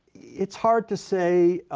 it's hard to say.